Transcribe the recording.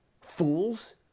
fools